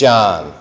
John